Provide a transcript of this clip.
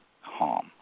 harm